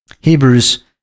Hebrews